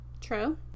True